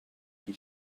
qui